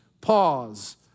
Pause